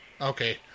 Okay